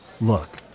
Look